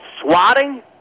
swatting